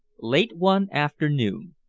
late one afternoon,